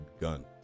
gun